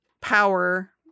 power